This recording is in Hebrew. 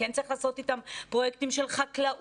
כן צריך לעשות איתם פרויקטים של חקלאות,